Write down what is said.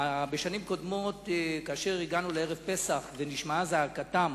בשנים קודמות הגענו לערב פסח ונשמעה זעקתם